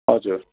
हजुर